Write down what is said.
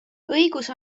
õigus